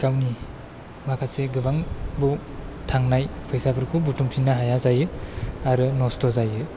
गावनि माखासे गोबां थांनाय फैसाफोरखौ बुथुमफिन्नो हाया जायो आरो नस्थ' जायो